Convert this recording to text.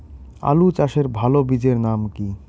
আলু চাষের ভালো বীজের নাম কি?